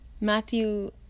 Matthew